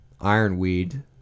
Ironweed